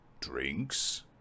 Drinks